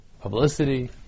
Publicity